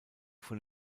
von